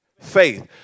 faith